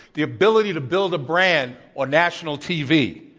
the ability to build a brand on national tv.